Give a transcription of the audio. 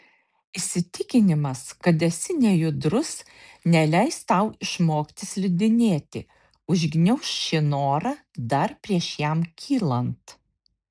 įsitikinimas kad esi nejudrus neleis tau išmokti slidinėti užgniauš šį norą dar prieš jam kylant